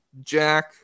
Jack